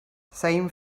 same